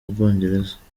bwongereza